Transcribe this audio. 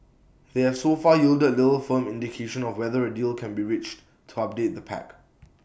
they have so far yielded little firm indication of whether A deal can be reached to update the pact